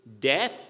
death